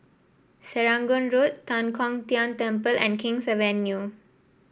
Serangoon Road Tan Kong Tian Temple and King's Avenue